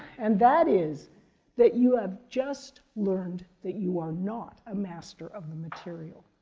and that is that you have just learned that you are not a master of the material.